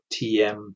tm